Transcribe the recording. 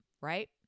right